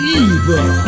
evil